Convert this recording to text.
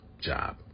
job